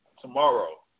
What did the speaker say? tomorrow